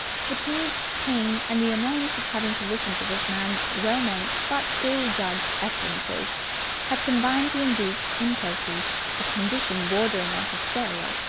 fatigue, pain and the annoyance of having to listen to this man's well-meant but ill-judged utterances had combined to induce in percy a condition bordering on hysteria.